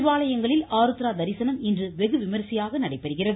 சிவாலயங்களில் ஆருத்ரா தரிசனம் இன்று வெகுவிமர்சையாக நடைபெறுகிறது